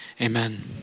amen